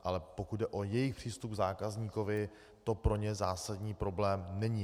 Ale pokud jde o jejich přístup k zákazníkovi, to pro ně zásadní problém není.